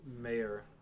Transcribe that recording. mayor